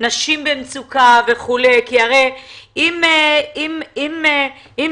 בנשים במצוקה וכולי כי הרי אם